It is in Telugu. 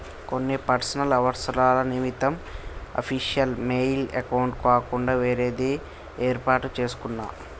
కొన్ని పర్సనల్ అవసరాల నిమిత్తం అఫీషియల్ మెయిల్ అకౌంట్ కాకుండా వేరేది యేర్పాటు చేసుకున్నా